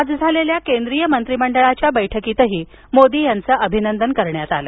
आज झालेल्या केंद्रीय मंत्रिमंडळाच्या बैठकीतही मोदी यांचं अभिनंदन करण्यात आलं